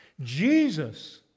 Jesus